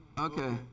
Okay